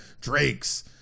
Drake's